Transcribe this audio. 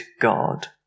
God